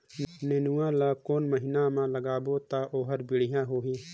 नेनुआ ला कोन महीना मा लगाबो ता ओहार बेडिया होही?